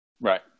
Right